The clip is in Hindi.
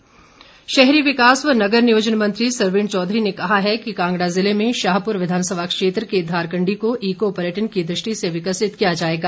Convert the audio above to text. सरवीण चौधरी शहरी विकास व नगर नियोजन मंत्री सरवीण चौधरी ने कहा है कि कांगड़ा जिले में शाहपुर विधानसभा क्षेत्र के धारकंडी को ईको पर्यटन की दृष्टि से विकसित किया जाएगा